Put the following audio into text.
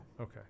Okay